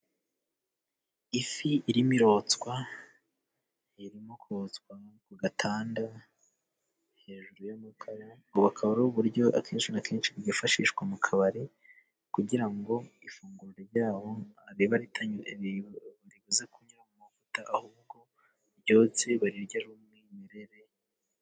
Ifi irimo irotswa, irimo kotswa ku gatanda hejuru y'amakara. Ubu akaba ari uburyo akenshi na kenshi bwifashishwa mu kabari, kugira ngo ifunguro ryabo ribe ritanyuze, baribuze kunyura mu mavuta, ahubwo baryotse barirye ari umwimerere.